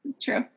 True